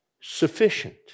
sufficient